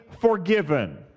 forgiven